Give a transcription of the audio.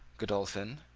godolphin,